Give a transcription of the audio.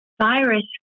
virus